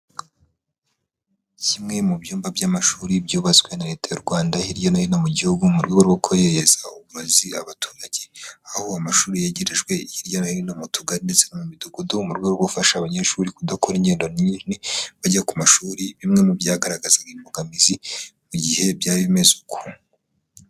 Kimwe mu byumba by'amashuri byubatswe na leta y'u Rwanda hirya no hino mu gihugu, mu rwego rwo kwegegeza uburezi abaturage, aho amashuri yegerejwe hirya no hino mu tugari ndetse no mu midugudu mu rwego rwo gufasha abanyeshuri kudakora ingendo nini bajya ku mashuri bimwe mu byagaragazaga imbogamizi mu gihe byari bimeze uku.